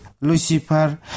Lucifer